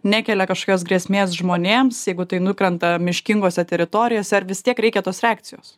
nekelia kažkokios grėsmės žmonėms jeigu tai nukrenta miškingose teritorijose ar vis tiek reikia tos reakcijos